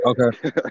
okay